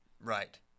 Right